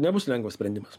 nebus lengvas sprendimas